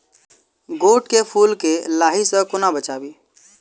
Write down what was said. गोट केँ फुल केँ लाही सऽ कोना बचाबी?